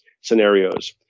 scenarios